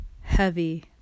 heavy